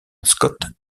scott